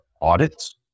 audits